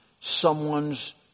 someone's